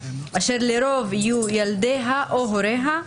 אשר לרוב יהיו ילדיה או הוריה,